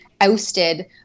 ousted